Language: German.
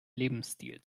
lebensstil